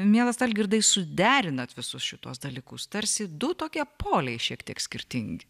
mielas algirdai suderinat visus šituos dalykus tarsi du tokie poliai šiek tiek skirtingi